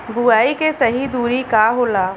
बुआई के सही दूरी का होला?